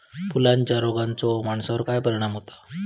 फुलांच्या रोगाचो माणसावर पण परिणाम होता